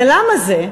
ולמה זה?